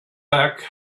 back